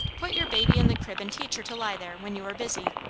put your baby in the crib and teach her to lie there, when you are busy.